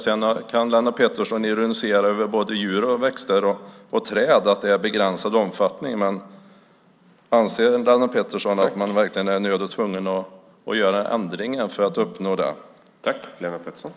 Sedan kan Lennart Pettersson ironisera över både djur och växter och om antalet träd - att omfattningen är begränsad - men anser han att man verkligen är nödd och tvungen att göra denna lagändring?